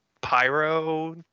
Pyro